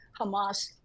Hamas